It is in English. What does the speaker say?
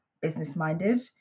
business-minded